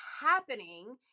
happening